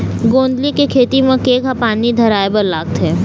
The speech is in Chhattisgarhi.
गोंदली के खेती म केघा पानी धराए बर लागथे?